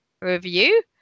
review